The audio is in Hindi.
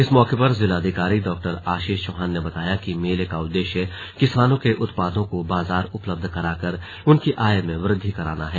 इस मौके पर जिलाधिकारी डॉ आशीष चौहान ने बताया कि मेले का उद्देश्य किसानों उत्पादों को बाजार उपलब्ध कराकर उनकी आय में वृद्धि करना है